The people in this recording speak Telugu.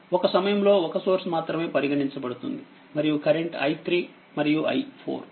ఒక సమయంలో ఒక్క సోర్స్ మాత్రమే పరిగణించబడుతుంది మరియు కరెంట్ i3మరియు i4